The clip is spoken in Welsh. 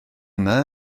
yna